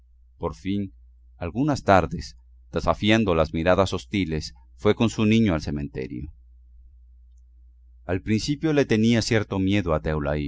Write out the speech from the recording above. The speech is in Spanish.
por fin algunas tardes desafiando las miradas hostiles fue con su niño al cementerio al principio le tenía cierto miedo a